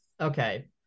okay